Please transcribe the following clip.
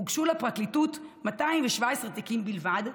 הוגשו לפרקליטות 217 תיקים בלבד,